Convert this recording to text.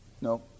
No